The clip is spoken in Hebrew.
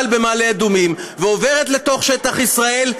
במעלה אדומים ועוברת לתוך שטח ישראל,